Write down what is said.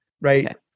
right